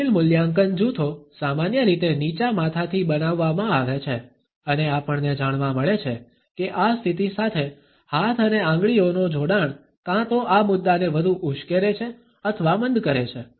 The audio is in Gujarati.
જટિલ મૂલ્યાંકન જૂથો સામાન્ય રીતે નીચા માથાથી બનાવવામાં આવે છે અને આપણને જાણવા મળે છે કે આ સ્થિતિ સાથે હાથ અને આંગળીઓનો જોડાણ કાં તો આ મુદ્દાને વધુ ઉશ્કેરે છે અથવા મંદ કરે છે